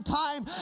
time